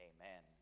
Amen